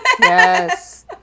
Yes